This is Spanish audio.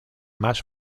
más